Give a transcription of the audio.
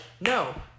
no